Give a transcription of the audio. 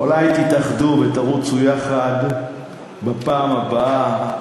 אולי תתאחדו ותרוצו יחד בפעם הבאה?